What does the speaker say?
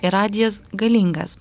ir radijas galingas